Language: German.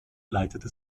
leitete